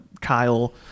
kyle